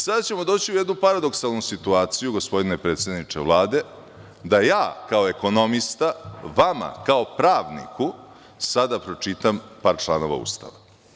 Sada ćemo doći u jednu paradoksalnu situaciju, gospodine predsedniče Vlade, da ja kao ekonomista vama kao pravniku sada pročitam par članova Ustava.